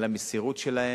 על המסירות שלהם.